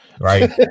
right